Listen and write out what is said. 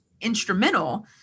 instrumental